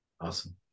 awesome